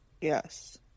Yes